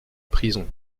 prison